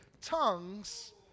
tongues